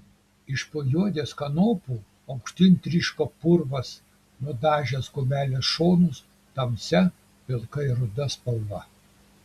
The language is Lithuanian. iš po juodės kanopų aukštyn tryško purvas nudažęs kumelės šonus tamsia pilkai ruda spalva